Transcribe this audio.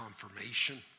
confirmation